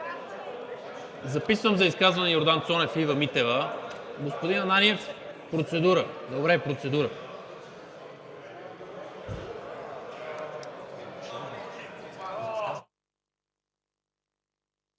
Записвам за изказване Йордан Цонев и Ива Митева. Господин Ананиев? Процедура. (Шум и реплики.)